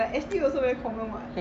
but ashley also very common [what]